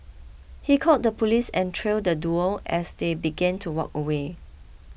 he called the police and trailed the duo as they began to walk away